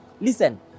Listen